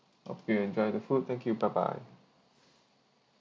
hope you enjoy the food thank you bye bye